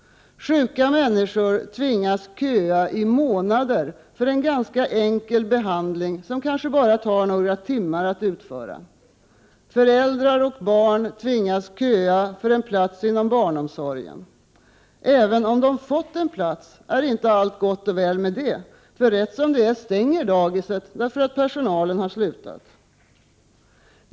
Sjuka människor tvingas köa i månader för en ganska enkel behandling som kanske tar bara några timmar att utföra. Föräldrar och barn tvingas köa för en plats inom barnomsorgen. Även om de fått en plats är inte allt gott och väl, för rätt som det är stängs dagiset därför att personalen har slutat.